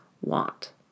want